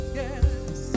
yes